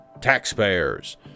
taxpayers